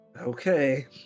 Okay